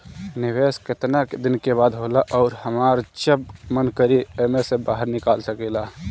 निवेस केतना दिन के होला अउर हमार जब मन करि एमे से बहार निकल सकिला?